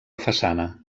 façana